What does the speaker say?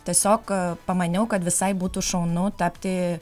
tiesiog pamaniau kad visai būtų šaunu tapti